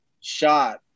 shot